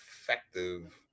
effective